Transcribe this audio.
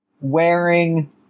wearing